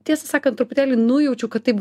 tiesą sakant truputėlį nujaučiu kad taip